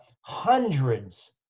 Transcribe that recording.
hundreds